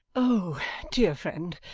o dear friend,